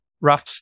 rough